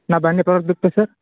నా బండి ఎప్పుడు వరకు దొరుకుతది సార్